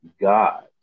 God